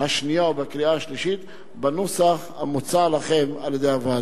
שנייה ובקריאה שלישית בנוסח המוצע לכם על-ידי הוועדה.